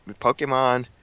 Pokemon